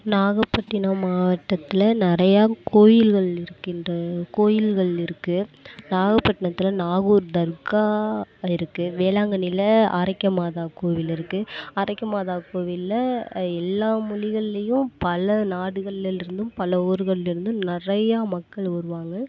நாகப்பட்டினம் மாவட்டத்தில் நிறையா கோவில்கள் இருக்கின்ற கோவில்கள் இருக்கு நாகப்பட்டினத்தில் நாகூர் தர்க்கா இருக்கு வேளாங்கண்ணியில் ஆரோக்கிய மாதா கோவில் இருக்கு ஆரோக்கிய மாதா கோவிலில் எல்லா மொழிகள்லேயும் பல நாடுகளில் இருந்தும் பல ஊர்களில் இருந்தும் நிறையா மக்கள் வருவாங்க